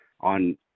on